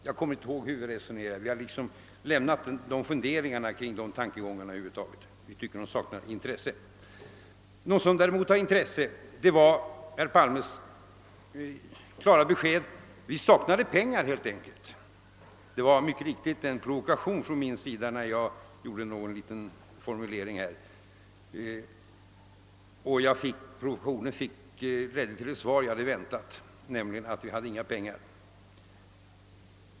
Jag kommer inte ihåg hur vi resonerade, men jag lämnar funderingarna i detta sammanhang helt åsido eftersom de saknar intresse. Något som däremot har intresse är herr Palmes klara besked att man helt enkelt saknade pengar. Min formulering var mycket riktigt avsedd som en liten provokation, och jag fick det svar jag hade väntat, nämligen att det inte fanns några pengar.